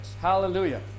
Hallelujah